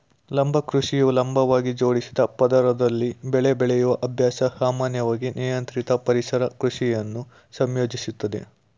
ಲಂಬ ಕೃಷಿಯು ಲಂಬವಾಗಿ ಜೋಡಿಸಿದ ಪದರದಲ್ಲಿ ಬೆಳೆ ಬೆಳೆಯುವ ಅಭ್ಯಾಸ ಸಾಮಾನ್ಯವಾಗಿ ನಿಯಂತ್ರಿತ ಪರಿಸರ ಕೃಷಿಯನ್ನು ಸಂಯೋಜಿಸುತ್ತದೆ